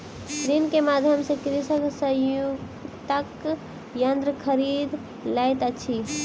ऋण के माध्यम सॅ कृषक संयुक्तक यन्त्र खरीद लैत अछि